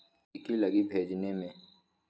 की की लगी भेजने में?